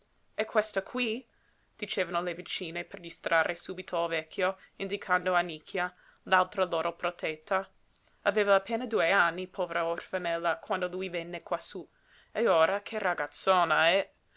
e questa qui dicevano le vicine per distrarre subito il vecchio indicando annicchia l'altra loro protetta aveva appena due anni povera orfanella quando lui venne quassú e ora che ragazzona eh